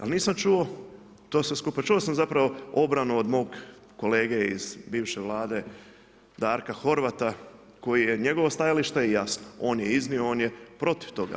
Ali nisam čuo to sve skupa, čuo sam zapravo obranu od mog kolege iz bivše Vlade, Darka Horvata, koje je njegovo stajalište i jasno, on je iznio, on je protiv toga.